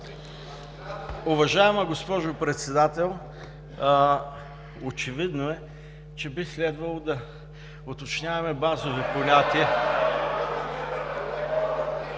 Уважаема госпожо Председател! Очевидно е, че би следвало да уточняваме базови понятия